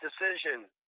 decision